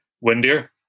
windier